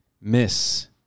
Miss